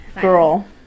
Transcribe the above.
girl